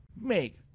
Make